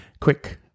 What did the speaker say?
Quick